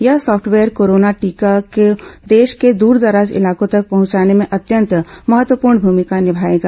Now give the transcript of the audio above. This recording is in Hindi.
यह सॉफ्टवेयर कोरोना टीके को देश के दूरदराज इलाकों तक पहुंचाने में अत्यंत महत्वपूर्ण भूमिका निभाएगा